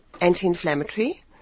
anti-inflammatory